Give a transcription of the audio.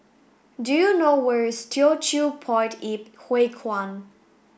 do you know where is Teochew Poit Ip Huay Kuan